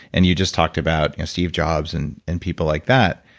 and you just talked about steve jobs and and people like that.